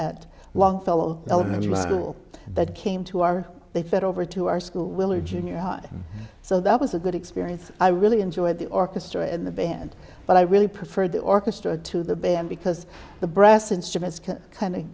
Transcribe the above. at longfellow elementary school that came to our they fed over to our school will or junior high so that was a good experience i really enjoyed the orchestra in the band but i really prefer the orchestra to the band because the brass instruments